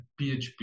PHP